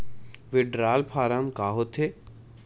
Withdrawal form का होथे?